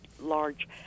large